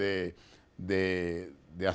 the the the